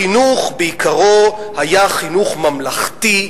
החינוך בעיקרו היה חינוך ממלכתי,